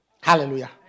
Hallelujah